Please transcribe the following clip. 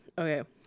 Okay